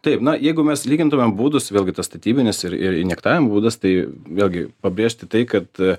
taip na jeigu mes lygintumėm būdus vėlgi tas statybinis ir ir injektavimo būdas tai vėlgi pabrėžti tai kad